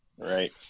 Right